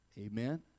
Amen